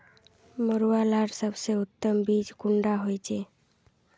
मरुआ लार सबसे उत्तम बीज कुंडा होचए?